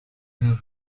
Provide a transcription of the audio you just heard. hun